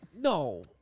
No